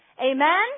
amen